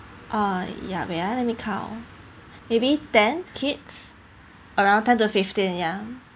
uh yeah wait ah let me count maybe ten kids around ten to fifteen ya